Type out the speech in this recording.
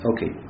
Okay